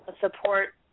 support